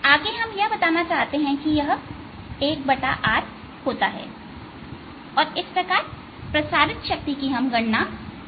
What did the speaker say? आगे हमें बताना चाहते हैं कि यह 1r होता है और इस प्रकार प्रसारित शक्ति की गणना करते हैं